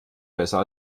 besser